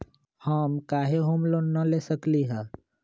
हम काहे home loan न ले सकली ह?